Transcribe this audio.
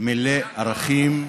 מלא ערכים,